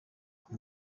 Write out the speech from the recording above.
kwa